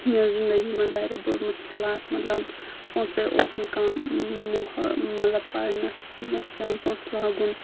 مےٚ ٲسۍ زِندگی منز واریاہ بٔڑۍ مُشکِلات مطلب پونسَے اوس نہٕ کانہہ مطلب پرنَس اوس پؠوان پونسہٕ لاگُن